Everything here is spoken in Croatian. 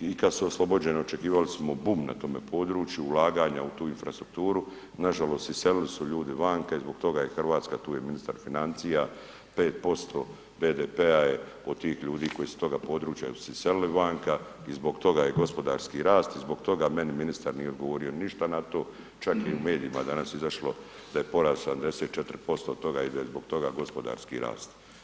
i kad su oslobođeni, očekivali smo bum na tome području, ulaganja u tu infrastrukturu, nažalost iselili su ljudi vanka i zbog toga je Hrvatska, tu je ministar financija, 5% BDP-a je od tih ljudi koji su iz toga područja iselili vanka i zbog toga je gospodarski rast, zbog toga meni ministar nije odgovorio ništa na to, čak i u medijima danas je izašlo da je porast 74% od toga ide, zbog toga gospodarski rast.